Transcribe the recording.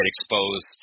exposed